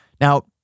Now